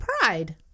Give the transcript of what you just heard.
pride